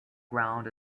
ground